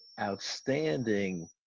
outstanding